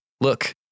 look